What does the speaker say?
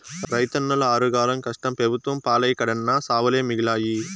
రైతన్నల ఆరుగాలం కష్టం పెబుత్వం పాలై కడన్నా సావులే మిగిలాయి